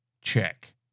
check